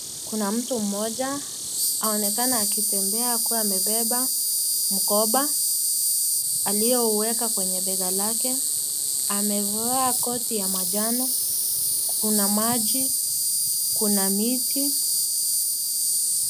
Kuna mtu mmoja, anaonekana akitembea akiwa amebeba mkoba, aliyoweka kwenye bega lake, amevaa koti ya manjano, kuna maji, kuna miti.